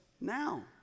now